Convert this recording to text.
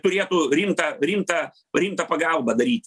turėtų rimtą rimtą rimtą pagalbą daryt